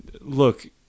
look